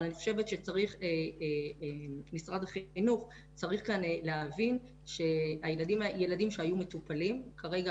אבל אני חושבת שמשרד החינוך צריך כאן להבין שילדים שהיו מטופלים כרגע